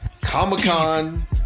Comic-Con